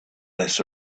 less